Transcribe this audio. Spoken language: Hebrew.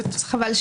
העליון.